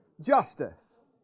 justice